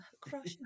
crush